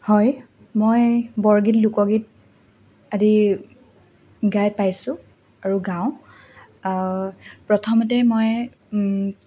হয় মই বৰগীত লোকগীত আদি গাই পাইছোঁ আৰু গাওঁ প্ৰথমতে মই